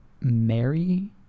mary